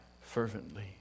fervently